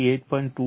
81 98